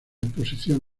exposición